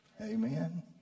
Amen